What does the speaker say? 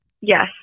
Yes